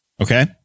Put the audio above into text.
okay